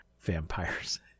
vampires